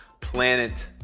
Planet